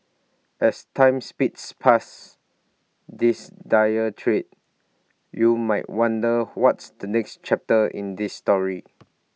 as time speeds past this dying trade you might wonder what's the next chapter in this story